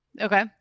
Okay